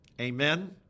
Amen